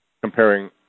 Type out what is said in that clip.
comparing